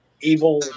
evil